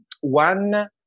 One